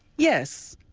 yes,